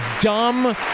dumb